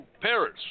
Paris